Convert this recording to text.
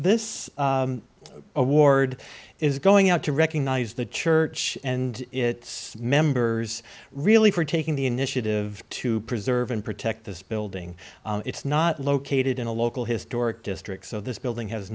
this award is going out to recognize the church and its members really for taking the initiative to preserve and protect this building it's not located in a local historic district so this building has